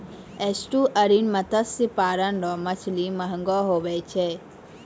estuarine मत्स्य पालन रो मछली महगो हुवै छै